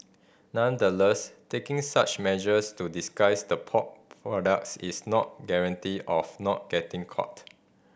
nonetheless taking such measures to disguise the pork products is not guarantee of not getting caught